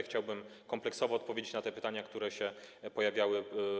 Chciałbym kompleksowo odpowiedzieć na te pytania, które się pojawiały.